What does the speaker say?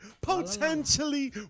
potentially